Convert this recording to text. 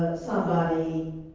somebody,